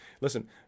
Listen